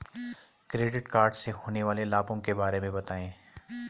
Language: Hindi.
क्रेडिट कार्ड से होने वाले लाभों के बारे में बताएं?